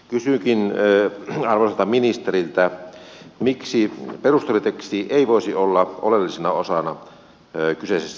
kysynkin arvoisalta ministeriltä miksi perusteluteksti ei voisi olla oleellisena osana kyseisessä pykälässä